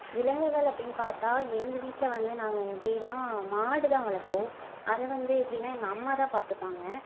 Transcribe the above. விலங்குகள் அப்படின்னு பார்த்தா எங்கள் வீட்டில் வந்து நாங்கள் எப்படின்னா மாடு தான் வளர்த்தோம் அது வந்து எப்படின்னா எங்கள் அம்மா தான் பார்த்துப்பாங்க